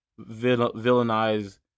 villainize